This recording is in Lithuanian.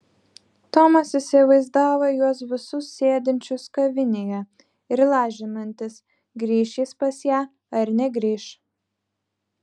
tomas įsivaizdavo juos visus sėdinčius kavinėje ir lažinantis grįš jis pas ją ar negrįš